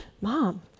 Mom